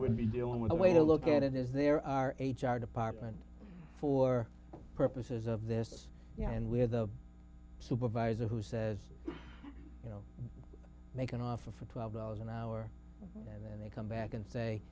would be dealing with a way to look at it is there are h r department for purposes of this and we have the supervisor who says you know make an offer for twelve dollars an hour and then they come back and say